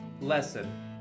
lesson